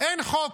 אין חוק.